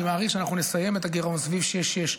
אני מעריך שאנחנו נסיים את הגירעון סביב 6.6,